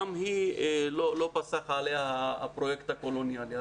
גם היא, לא פסח עליה הפרויקט הקולוניאלי.